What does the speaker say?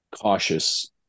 cautious